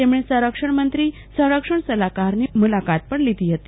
તેમણે સંરક્ષણમંત્રી સંરક્ષણ સલાહકારની પણ મુલાકાત લીધી હતી